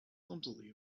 clumsily